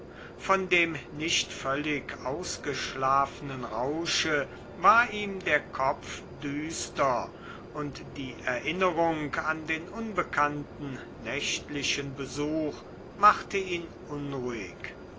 von dem nicht völlig ausgeschlafenen rausche war ihm der kopf düster und die erinnerung an den unbekannten nächtlichen besuch machte ihn unruhig